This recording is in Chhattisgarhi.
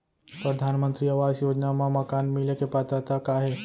परधानमंतरी आवास योजना मा मकान मिले के पात्रता का हे?